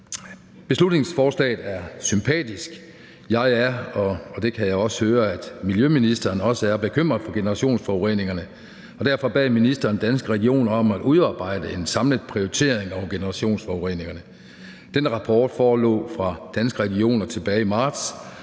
Beslutningsforslaget er sympatisk. Jeg er – og det kan jeg også høre at miljøministeren er – bekymret for generationsforureningerne, og derfor bad ministeren Danske Regioner om at udarbejde en samlet prioritering over generationsforureningerne. Denne rapport fra Danske Regioner forelå tilbage i marts,